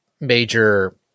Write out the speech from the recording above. major